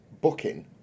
Booking